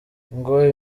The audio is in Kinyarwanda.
ngo